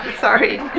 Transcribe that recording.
Sorry